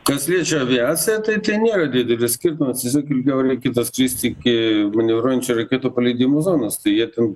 kas liečia aviaciją tai nėra didelis skirtumas tiesiog reikia ilgiau daskristi iki manevruojančių raketų paleidimo zonos tai jie ten